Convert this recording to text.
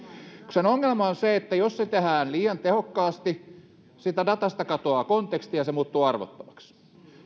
sen ongelma on se että jos se tehdään liian tehokkaasti siitä datasta katoaa konteksti ja se muuttuu arvottomaksi